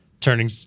turning